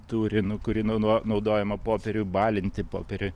turi nu kuri nu nau naudojama popieriui balinti popieriui